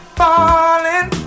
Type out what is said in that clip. falling